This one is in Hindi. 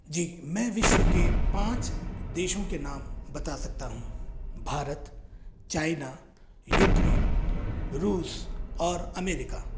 जी मैं विश्व के पाँच देशों के नाम बता सकता हूँ भारत चाइना यूक्रेन रूस और अमेरिका